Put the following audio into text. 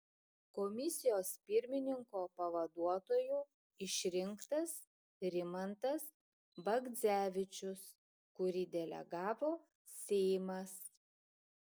komisijos pirmininko pavaduotoju išrinktas rimantas bagdzevičius kurį delegavo seimas